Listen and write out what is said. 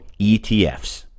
ETFs